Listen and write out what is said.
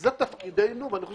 ועדת שרים.